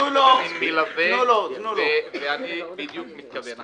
לזה בדיוק אני מתכוון.